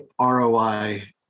ROI